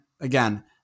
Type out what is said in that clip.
again